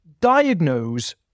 diagnose